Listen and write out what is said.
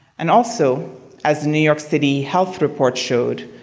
and also as a new york city health report showed,